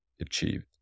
achieved